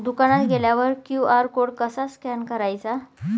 दुकानात गेल्यावर QR code कसा स्कॅन करायचा?